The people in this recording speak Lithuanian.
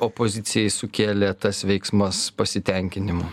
opozicijai sukėlė tas veiksmas pasitenkinimo